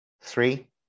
Three